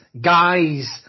guys